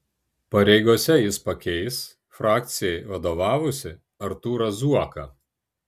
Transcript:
pareigose jis pakeis frakcijai vadovavusį artūrą zuoką